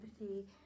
empathy